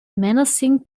menacing